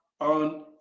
on